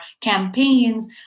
campaigns